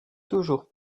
toujours